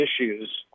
issues